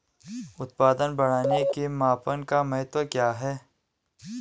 उत्पादन बढ़ाने के मापन का महत्व क्या है?